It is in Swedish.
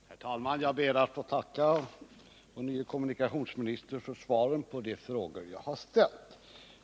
Herr talman! Jag ber att få tacka kommunikationsministern för svaren på de frågor jag har ställt.